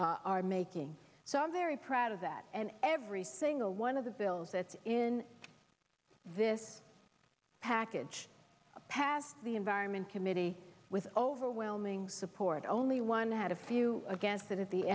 are making so i'm very proud of that and every single one of the bills that's in this package passed the environment committee with overwhelming support only one had a few against it at the